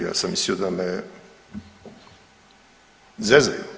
Ja sam mislio da me zezaju.